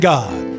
God